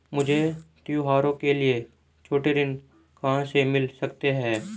मुझे त्योहारों के लिए छोटे ऋण कहां से मिल सकते हैं?